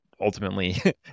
ultimately